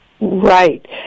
Right